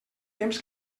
temps